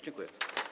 Dziękuję.